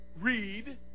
Read